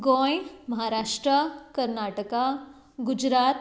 Goa Maharashtra Karnataka Gujarat